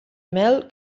mel